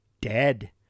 dead